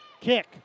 kick